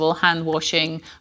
hand-washing